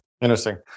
Interesting